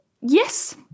Yes